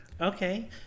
okay